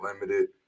limited